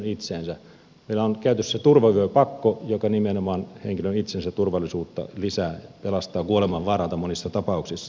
meillä on käytössä turvavyöpakko joka nimenomaan henkilön itsensä turvallisuutta lisää pelastaa kuolemanvaaralta monissa tapauksissa